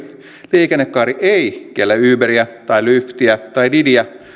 liikennekaari ei kiellä uberia tai lyftiä tai didiä